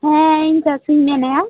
ᱦᱮᱸ ᱤᱧ ᱪᱟᱹᱥᱤᱧ ᱢᱮᱱᱮᱜᱼᱟ